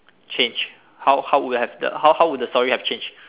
change how how would have the how how would have the story have changed